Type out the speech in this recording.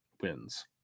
wins